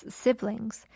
siblings